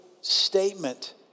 statement